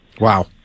Wow